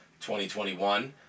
2021